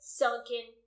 sunken